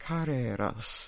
Carreras